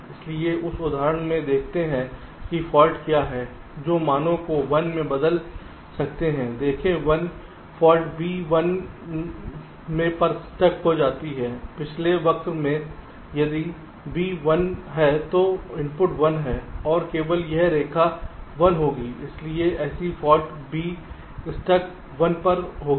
इसलिए इस उदाहरण में देखते हैं कि फाल्ट क्या हैं जो मानों को 1 में बदल सकते हैं देखें 1 फाल्ट B 1 में पर स्टक हो सकती है पिछले वक्र में यदि B 1 है तो इनपुट 1 है और केवल यह रेखा 1 होगी इसलिए ऐसी फाल्ट B स्टक 1 पर होगी